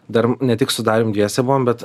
dar ne tik su darium dviese buvom bet